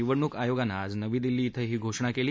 निवडणूक आयोगानं आज नवी दिल्ली इथं ही घोषणा केली